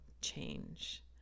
change